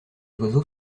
oiseaux